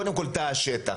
קודם כל תא השטח,